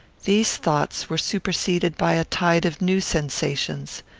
these thoughts were superseded by a tide of new sensations.